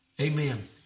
Amen